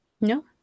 no